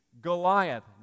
Goliath